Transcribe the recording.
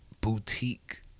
boutique